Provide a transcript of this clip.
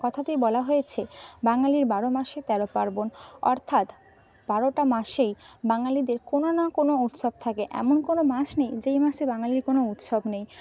কথাতেই বলা হয়েছে বাঙালির বারো মাসে তেরো পার্বণ অর্থাৎ বারোটা মাসেই বাঙালিদের কোনো না কোনো উৎসব থাকে এমন কোনো মাস নেই যেই মাসে বাঙালির কোনো উৎসব নেই